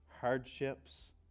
hardships